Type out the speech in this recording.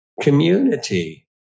Community